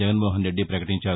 జగన్మోహన్ రెడ్డి ప్రకటించారు